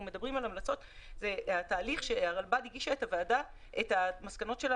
אנחנו מדברים על המלצות כאשר הרלב"ד הגישה את המסקנות שלה